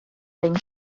ein